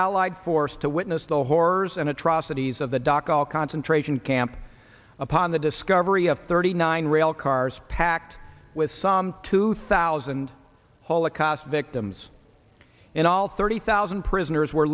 allied force to witness the horrors and atrocities of the doc all concentration camp upon the discovery of thirty nine rail cars packed with some two thousand holocaust victims as in all thirty thousand prisoners were